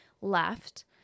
left